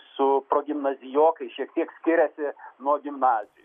su progimnazijokais šiek tiek skiriasi nuo gimnazijų